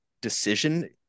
decision